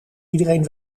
iedereen